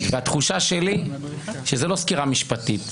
והתחושה שלי שזה לא סקירה משפטית,